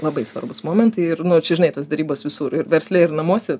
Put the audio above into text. labai svarbūs momentai ir nu čia žinai tos derybos visur ir versle ir namuose